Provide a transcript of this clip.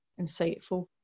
insightful